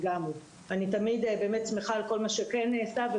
אני תמיד שמחה על כל מה שכן נעשה אבל